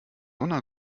einer